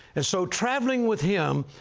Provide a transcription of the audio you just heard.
and so traveling with him,